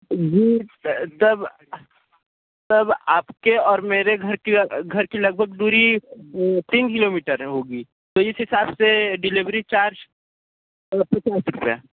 जी तब तब आप के और मेरे घर की घर की लगभग दूरी तीन किलोमीटर होगी तो इस हिसाब से डिलेवरी चार्ज पचास रुपये